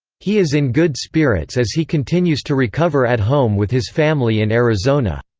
he is in good spirits as he continues to recover at home with his family in arizona.